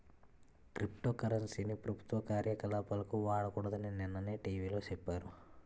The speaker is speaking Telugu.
క్రిప్టో కరెన్సీ ని ప్రభుత్వ కార్యకలాపాలకు వాడకూడదని నిన్ననే టీ.వి లో సెప్పారు